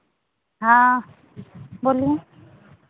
हाँ बोलिए